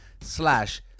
slash